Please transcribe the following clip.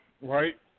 right